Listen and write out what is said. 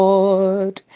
Lord